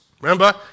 Remember